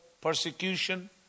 persecution